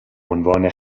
عنوان